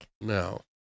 No